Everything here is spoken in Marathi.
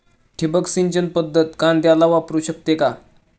ठिबक सिंचन पद्धत कांद्याला वापरू शकते का?